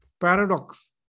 paradox